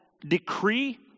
decree